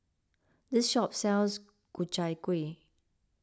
this shop sells Ku Chai Kueh